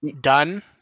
done